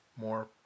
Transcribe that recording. more